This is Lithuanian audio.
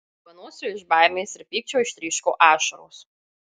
varvanosiui iš baimės ir pykčio ištryško ašaros